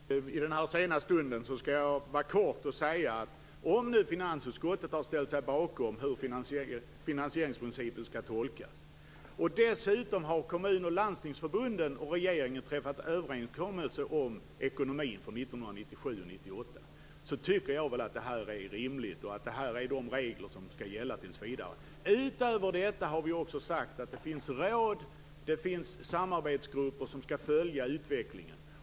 Fru talman! I denna sena stund skall jag yttra mig kortfattat. Finansutskottet har ställt sig bakom tolkningen av finansieringsprincipen, och kommun och landstingsförbunden har träffat överenskommelser med regeringen om ekonomin för 1997 och 1998. Därför anser jag att detta är rimligt, och att dessa regler skall gälla tills vidare. Utöver detta finns det råd och samarbetsgrupper som skall följa utvecklingen.